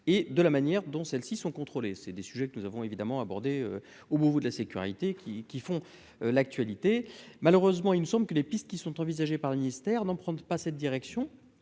et de la manière dont celles-ci sont contrôlés, c'est des sujets que nous avons évidemment abordé au bout de la sécurité qui qui font l'actualité, malheureusement, il me semble que les pistes qui sont envisagées par le ministère, d'en prendre pas cette direction,